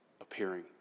appearing